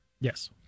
Yes